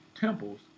temples